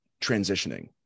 transitioning